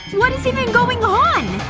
what is even going on!